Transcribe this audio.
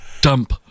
Dump